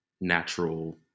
natural